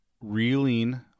reeling